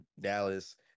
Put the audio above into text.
Dallas